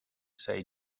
sei